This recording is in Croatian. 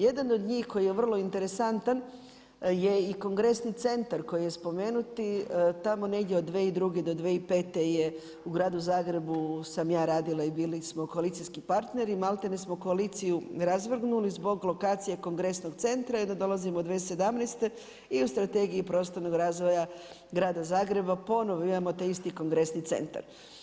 Jedan od njih koji je vrlo interesantan je i kongresni centar koji je spomenuti tamo negdje od 2002. do 2005. je u gradu Zagrebu sam ja radila i bili smo koalicijski partneri i maltene smo koaliciju razvrgnuli zbog lokacije kongresnog centra i onda dolazimo 2017. i u Strategiji prostornog razvoja grada Zagreba ponovno imamo taj isti kongresni centar.